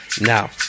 Now